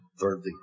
thirdly